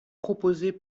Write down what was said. proposé